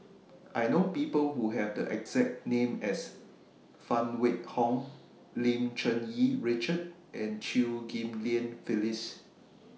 I know People Who Have The exact name as Phan Wait Hong Lim Cherng Yih Richard and Chew Ghim Lian Phyllis